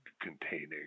containing